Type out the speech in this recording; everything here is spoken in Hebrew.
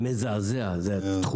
מזעזע.